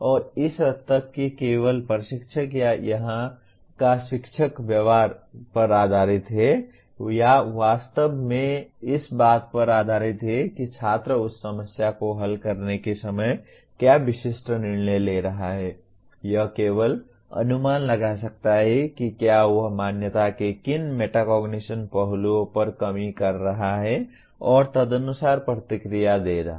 और इस हद तक कि केवल प्रशिक्षक या यहाँ का शिक्षक व्यवहार पर आधारित है या वास्तव में इस बात पर आधारित है कि छात्र उस समस्या को हल करने के समय क्या विशिष्ट निर्णय ले रहा है वह केवल अनुमान लगा सकता है कि क्या वह मान्यता के किन मेटाकोग्निशन पहलुओं पर कमी कर रहा है और तदनुसार प्रतिक्रिया दें